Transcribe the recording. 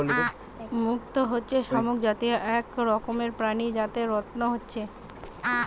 মুক্ত হচ্ছে শামুক জাতীয় এক রকমের প্রাণী যাতে রত্ন হচ্ছে